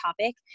topic